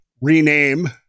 rename